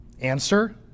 Answer